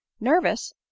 Nervous